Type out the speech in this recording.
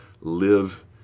live